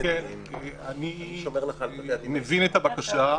אני מבין את הבקשה.